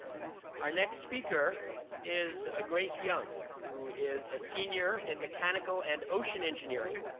our next speaker is ah grace young, who is a senior in mechanical and ocean engineering.